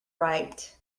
right